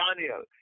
Daniel